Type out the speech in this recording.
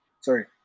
Sorry